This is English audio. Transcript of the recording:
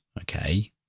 okay